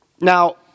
now